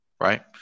Right